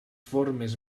formes